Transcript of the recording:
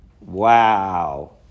Wow